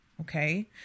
okay